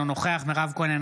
אינו נוכח מירב כהן,